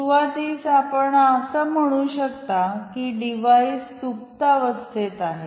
सुरुवातीस आपण असे म्हणू शकता की डिव्हाइस सुप्तवस्थेत आहे